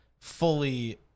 fully